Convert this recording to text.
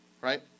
right